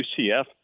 UCF